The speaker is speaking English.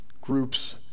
groups